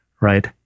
right